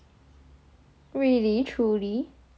really truly